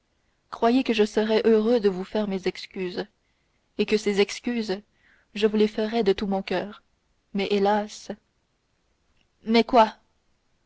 croyez que je serais heureux de vous faire mes excuses et que ces excuses je vous les ferais de tout mon coeur mais hélas mais quoi